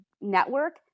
network